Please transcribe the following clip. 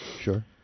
sure